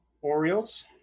orioles